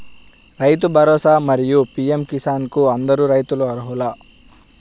రైతు భరోసా, మరియు పీ.ఎం కిసాన్ కు అందరు రైతులు అర్హులా?